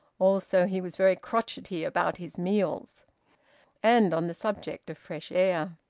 also he was very crotchety about his meals and on the subject of fresh air.